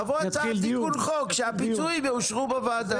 תבוא הצעת תיקון חוק שהפיצויים יאושרו בוועדה.